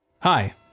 Hi